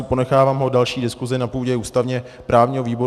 Ponechávám ho další diskusi na půdě ústavněprávního výboru.